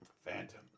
Phantom